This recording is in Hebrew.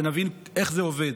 שנבין איך זה עובד.